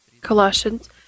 Colossians